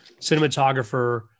cinematographer